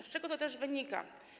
Z czego to też wynika?